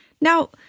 Now